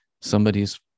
somebody's